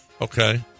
Okay